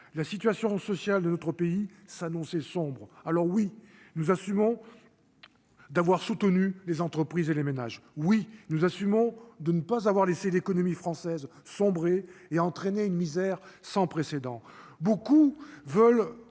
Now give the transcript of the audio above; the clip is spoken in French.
la situation sociale de notre pays s'annonçait sombre alors oui, nous assumons d'avoir soutenu les entreprises et les ménages, oui, nous assumons de ne pas avoir laissé l'économie française sombrer et entraîner une misère sans précédent,